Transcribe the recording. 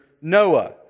Noah